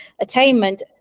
attainment